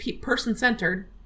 person-centered